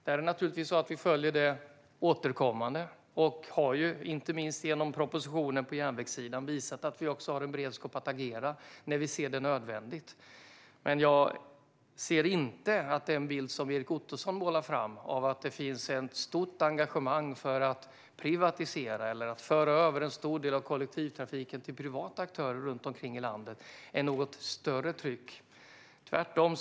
Vi följer naturligtvis det återkommande och har, inte minst genom propositionen på järnvägssidan, visat att vi har beredskap för att agera när det är nödvändigt. Men jag ser inte att det finns ett stort tryck och engagemang för att privatisera eller föra över en stor del av kollektivtrafiken till privata aktörer runt omkring i landet, vilket är den bild som Erik Ottoson målar upp.